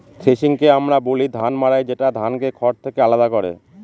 থ্রেশিংকে আমরা বলি ধান মাড়াই যেটা ধানকে খড় থেকে আলাদা করে